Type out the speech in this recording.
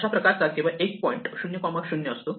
अशा प्रकारचा केवळ एकच पॉईंट 00 असतो